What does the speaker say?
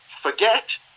forget